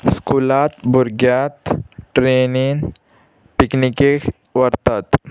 स्कुलांत भुरग्यांत ट्रेनीन पिकनिकेक व्हरतात